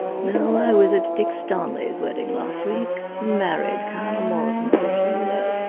now i was at dick stanley's wedding last week married colonel morrison's daughter, you know.